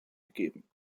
gegeben